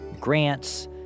grants